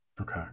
Okay